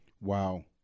Wow